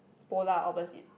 polar opposite